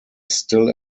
still